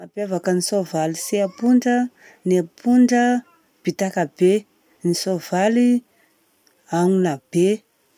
Mampiavaka ny soavaly sy ny apondra an: ny apondra an bitaka be; ny soavaly ahona be.